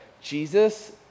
Jesus